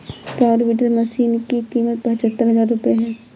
power weeder machine की कीमत पचहत्तर हजार रूपये है